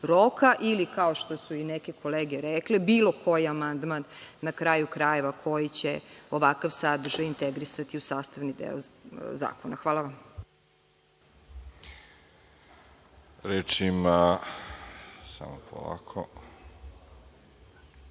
ili, kao što su i neke kolege rekle, bilo koji amandman, na kraju krajeva, koji će ovakav sadržaj integrisati u sastavni deo zakona. Hvala vam. **Đorđe